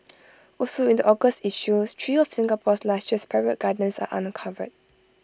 also in the August issue three of Singapore's lushest private gardens are uncovered